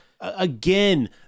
again